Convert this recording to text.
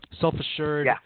self-assured